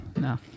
No